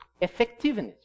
Effectiveness